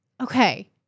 Okay